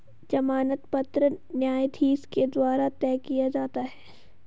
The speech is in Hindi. जमानत पत्र न्यायाधीश के द्वारा तय किया जाता है